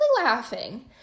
laughing